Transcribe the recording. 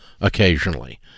occasionally